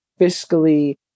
fiscally